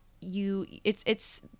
you—it's—it's